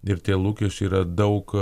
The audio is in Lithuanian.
ir tie lūkesčiai yra daug